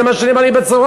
זה מה שנאמר לי בצהריים.